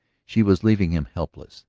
she was leaving him helpless.